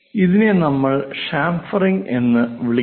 ഇതിനെ നമ്മൾ ചാംഫെറിംഗ് എന്ന് വിളിക്കുന്നു